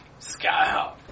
Skyhawk